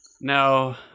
No